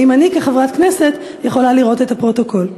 האם אני כחברת הכנסת יכולה לראות את הפרוטוקול?